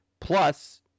Plus